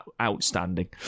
outstanding